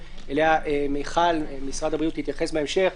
שאליה משרד הבריאות יתייחס בהמשך,